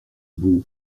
beau